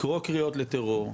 לקרוא קריאות לטרור,